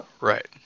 Right